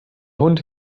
hund